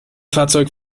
fahrzeug